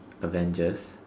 Avengers